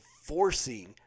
forcing